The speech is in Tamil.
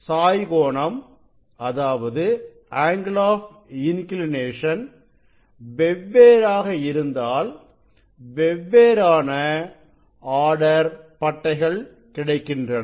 சாய் கோணம் வெவ்வேறாக இருந்தால் வெவ்வேறான ஆர்டர் பட்டைகள் கிடைக்கின்றன